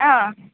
অঁ